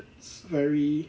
very